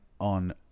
on